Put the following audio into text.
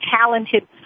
talented